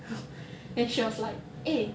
then she was like eh